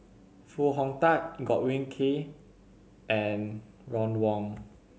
Foo Hong Tatt Godwin Koay and Ron Wong